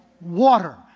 water